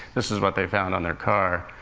this was what they found on their car.